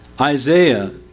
Isaiah